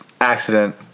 Accident